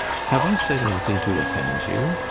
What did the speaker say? have i said anything to offend you?